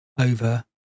over